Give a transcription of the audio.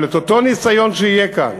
אבל את אותו ניסיון שיהיה כאן